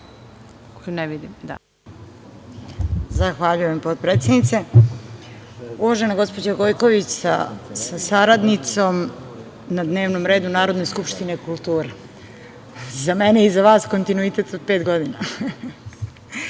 Paunović** Zahvaljujem, potpredsednice. Uvažena gospođo Gojković sa saradnicom, na dnevnom redu Narodne skupštine je kultura. Za mene i za vas kontinuitet od pet godina.